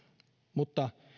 mutta